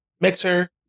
Mixer